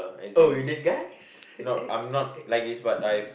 oh you date guys